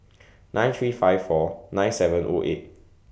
nine three five four nine seven O eight